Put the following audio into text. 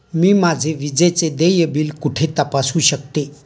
मी माझे विजेचे देय बिल कुठे तपासू शकते?